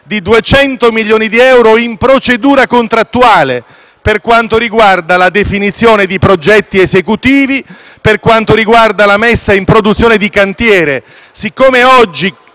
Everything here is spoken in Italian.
di 200 milioni di euro in procedura contrattuale per quanto riguarda la definizione di progetti esecutivi, la messa in produzione di cantiere.